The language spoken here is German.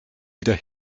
wieder